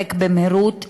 דופק במהירות,